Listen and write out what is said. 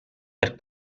per